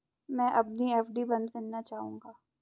मैं अपनी एफ.डी बंद करना चाहूंगा